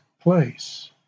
place